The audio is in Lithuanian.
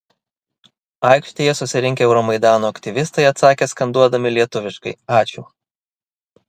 aikštėje susirinkę euromaidano aktyvistai atsakė skanduodami lietuviškai ačiū